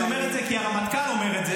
אני אומר את זה כי הרמטכ"ל אומר את זה,